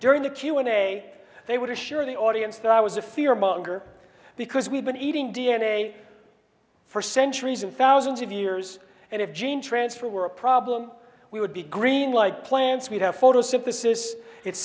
during the q and a they would assure the audience that i was a fear monger because we've been eating d n a for centuries and thousands of years and if gene transfer were a problem we would be green like plants we'd have photosynthesis it's